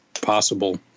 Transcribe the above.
possible